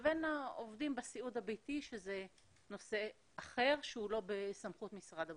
לבין העובדים בסיעוד הביתי שזה נושא אחר שהוא לא בסמכות משרד הבריאות.